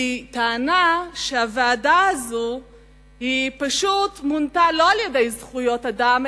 כי היא טענה שהוועדה הזאת מונתה לא על-ידי זכויות אדם,